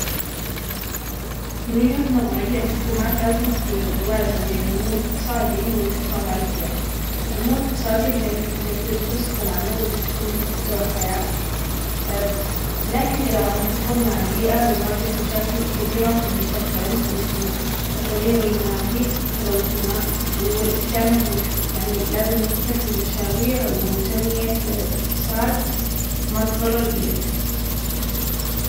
من وجهة نظري الحكومات لازم توازن بين النمو الاقتصادي والحفاظ على البيئة. النمو الاقتصادي مهم لتوفير فرصه العمل وتحسين مستوى الحياة. لكن إذا ما حفظنا على البيئة بنواجه مشاكل كبيرة في المستقبل مثل التغيير المناخي وتلوث الماء والإستدامة هي الحل. يعني لازم نفكر في مشاريع وتنمية الاقتصاد ما تضرالبيئة